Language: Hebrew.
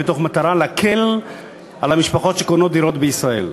במטרה להקל על המשפחות שקונות דירות בישראל.